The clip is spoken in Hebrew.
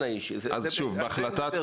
זה שלושה שפועלים או שאמורים לקום?